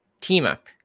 team-up